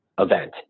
event